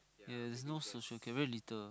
yes there's no social care very little